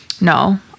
No